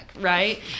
right